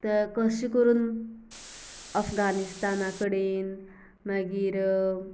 तर कशे करून अफगानिस्ताना कडेन मागीर